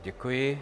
Děkuji.